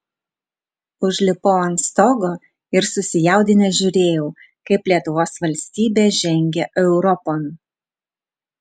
užlipau ant stogo ir susijaudinęs žiūrėjau kaip lietuvos valstybė žengia europon